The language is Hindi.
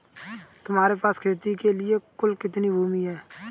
तुम्हारे पास खेती के लिए कुल कितनी भूमि है?